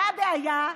מה הבעיה,